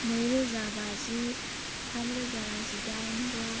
नै रोजा बाजि थाम रोजा जिदाइनजौ